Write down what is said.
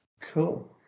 Cool